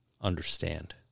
understand